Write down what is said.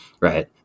Right